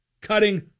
cutting